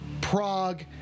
Prague